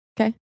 Okay